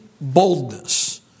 boldness